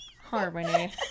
Harmony